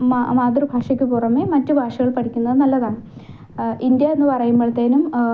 മാതൃ മാതൃഭാഷയ്ക്ക് പുറമെ മറ്റു ഭാഷകൾ പഠിക്കുന്നത് നല്ലതാണ് ഇന്ത്യാ എന്നു പറയുമ്പോഴത്തേനും